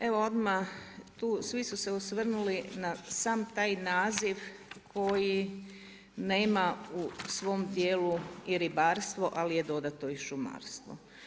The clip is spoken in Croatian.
Evo odmah tu, svi su osvrnuli na sam taj naziv koji nema u svom djelu i ribarstvo ali je dodato i šumarstvo.